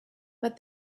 but